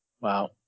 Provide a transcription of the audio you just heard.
Wow